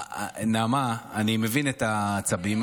נעמה, אני מבין את העצבים,